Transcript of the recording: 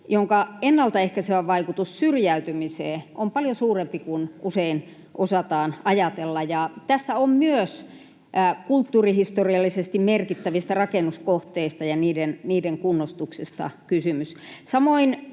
jonka ennalta ehkäisevä vaikutus syrjäytymiseen on paljon suurempi kuin usein osataan ajatella. Tässä on myös kulttuurihistoriallisesti merkittävistä rakennuskohteista ja niiden kunnostuksesta kysymys.